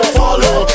follow